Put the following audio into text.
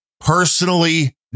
personally